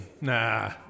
nah